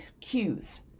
cues